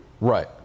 Right